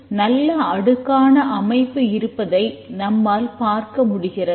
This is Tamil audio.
இதில் நல்ல அடுக்கான அமைப்பு இருப்பதை நம்மால் பார்க்க முடிகிறது